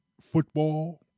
football